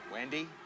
Wendy